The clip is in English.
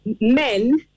men